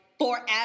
forever